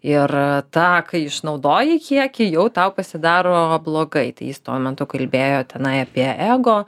ir tą kai išnaudoji kiekį jau tau pasidaro blogai tai jis tuo metu kalbėjo tenai apie ego